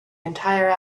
entire